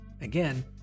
Again